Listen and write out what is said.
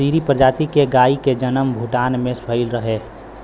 सीरी प्रजाति के गाई के जनम भूटान में भइल रहे